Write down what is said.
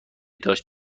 داشت